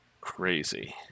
crazy